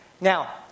Now